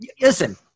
listen